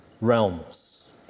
realms